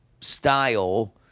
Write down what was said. style